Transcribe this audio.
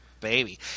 baby